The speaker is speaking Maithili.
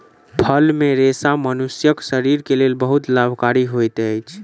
फल मे रेशा मनुष्यक शरीर के लेल बहुत लाभकारी होइत अछि